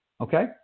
okay